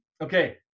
okay